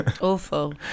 Awful